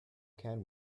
can